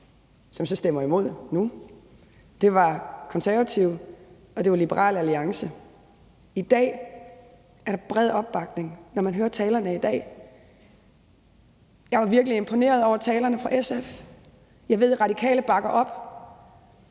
som så stemmer imod nu, det var Konservative, og det var Liberal Alliance. I dag er der bred opbakning, når man hører talerne i dag. Jeg var virkelig imponeret over talen fra SF. Jeg ved, at Radikale bakker op.